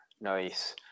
nice